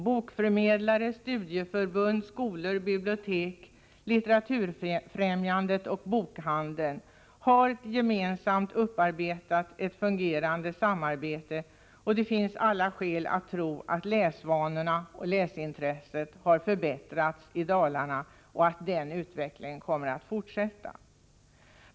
Bokförmedlare, studieförbund, skolor, bibliotek, litteraturfrämjandet och bokhandeln har gemensamt upparbetat ett fungerande samarbete, och det finns alla skäl att tro att läsvanorna och läsintresset har förbättrats i Dalarna och att den utvecklingen kan fortsätta.